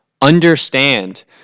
understand